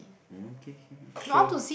okay k sure